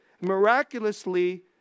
miraculously